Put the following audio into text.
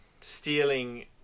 stealing